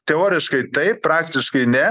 teoriškai taip praktiškai ne